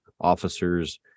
officers